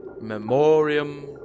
Memoriam